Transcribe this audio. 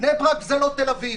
בני ברק זה לא תל אביב